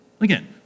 Again